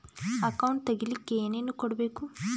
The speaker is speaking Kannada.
ಅಕೌಂಟ್ ತೆಗಿಲಿಕ್ಕೆ ಏನೇನು ಕೊಡಬೇಕು?